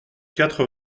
quatre